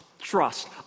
trust